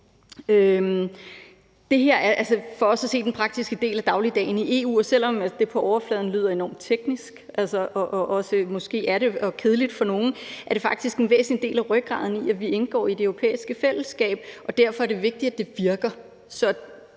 for os at se den praktiske del af dagligdagen i EU, og selv om det på overfladen lyder enormt teknisk og kedeligt, og måske det også er det for nogle, er det faktisk en væsentlig del af rygraden i det, at vi indgår i det europæiske fællesskab, og derfor er det vigtigt, at det virker.